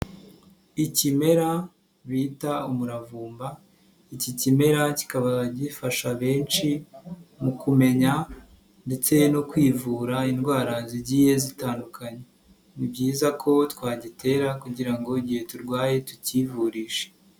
Ikimera bita umuravumba iki kimera kikaba gifasha benshi mu kumenya ndetse no kwivura indwara zigiye zitandukanye, ni byiza ko twagitera kugira ngo igihe turwaye tukivurishe.